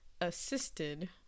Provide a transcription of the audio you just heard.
assisted